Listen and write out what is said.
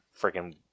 freaking